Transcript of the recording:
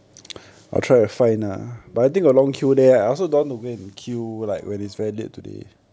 mm orh